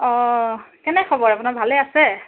অঁ কেনে খবৰ আপোনাৰ ভালে আছে